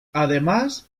además